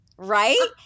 Right